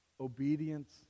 obedience